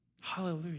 hallelujah